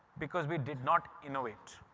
because we did not innovate.